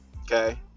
okay